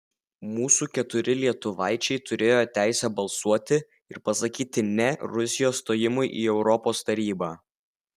mūsų keturi lietuvaičiai turėjo teisę balsuoti ir pasakyti ne rusijos stojimui į europos tarybą